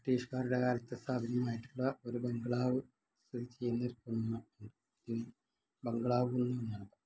ബ്രിട്ടീഷുകാരുടെ കാലത്ത് സ്ഥാപിതമായിട്ടുള്ള ഒരു ബംഗ്ലാവ് സ്ഥിതി ചെയ്യുന്ന കുന്ന് ബംഗ്ലാവ് കുന്നിലാണ്